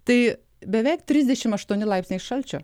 tai beveik trisdešim aštuoni laipsniai šalčio